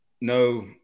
No